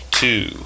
two